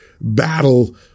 battle